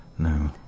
No